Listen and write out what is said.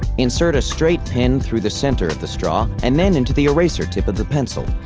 insert a straight pin through the center of the straw, and then into the eraser tip of the pencil,